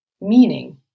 meaning